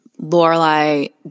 Lorelai